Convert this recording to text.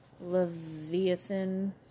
Leviathan